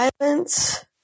violence